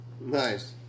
Nice